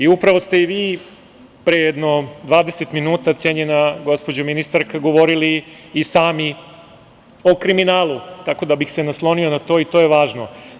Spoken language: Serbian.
Upravo ste i vi pre jedno 20 minuta, cenjena gospođo ministarka, govorili i sami o kriminalu, tako da bih se naslonio na to i to je važno.